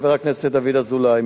חבר הכנסת דוד אזולאי,